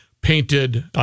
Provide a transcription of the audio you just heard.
painted